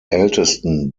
ältesten